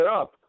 up